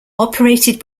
operated